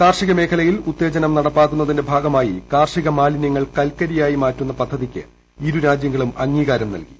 കാർഷിക മേഖലയിൽ ഉത്തേജനം നടപ്പാക്കുന്നതിന്റെ ഭാഗമായി കാർഷിക മാലിന്യങ്ങൾ കൽക്കരിയായി മാറ്റുന്ന പദ്ധതിക്ക് ഇരുരാജ്യങ്ങളും അംഗീകാരം നൽകി